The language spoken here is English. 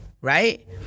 Right